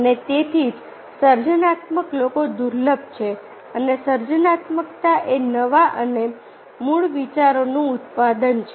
અને તેથી જ સર્જનાત્મક લોકો દુર્લભ છે અને સર્જનાત્મકતા એ નવા અને મૂળ વિચારોનું ઉત્પાદન છે